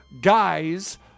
guys